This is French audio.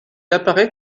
apparaît